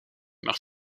maar